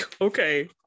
Okay